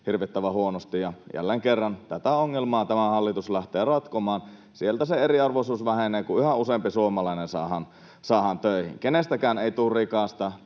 hirvittävän huonosti, ja jälleen kerran tätä ongelmaa tämä hallitus lähtee ratkomaan. Sieltä se eriarvoisuus vähenee, kun yhä useampi suomalainen saadaan töihin. Kenestäkään ei tule rikasta